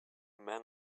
man